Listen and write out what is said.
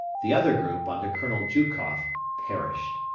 the other group under colonel jukoff perished.